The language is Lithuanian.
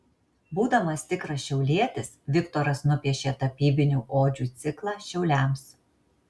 būdamas tikras šiaulietis viktoras nupiešė tapybinių odžių ciklą šiauliams